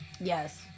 yes